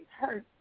hurt